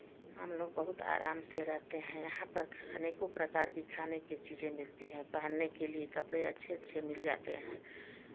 हमलोग बहुत आराम से रहते हैं यहाँ पर अनेकों प्रकार के खाने की चीज़ें मिलती हैं पहनने के लिए कपड़े अच्छे अच्छे मिल जाते हैं